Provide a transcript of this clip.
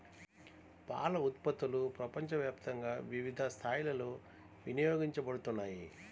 పాల ఉత్పత్తులు ప్రపంచవ్యాప్తంగా వివిధ స్థాయిలలో వినియోగించబడుతున్నాయి